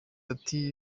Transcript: ati